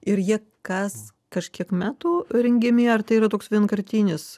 ir jie kas kažkiek metų rengiami ar tai yra toks vienkartinis